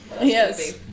yes